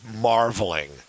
marveling